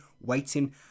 waiting